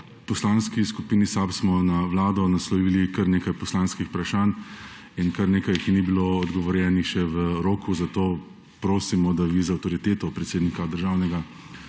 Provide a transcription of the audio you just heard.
Poslanski skupini SAB smo na Vlado naslovili kar nekaj poslanskih vprašanj in kar nekaj jih še ni bilo odgovorjenih v roku, zato prosimo, da vi z avtoriteto predsednika Državnega